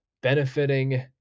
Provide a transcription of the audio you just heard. benefiting